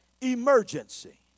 emergency